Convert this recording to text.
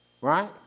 Right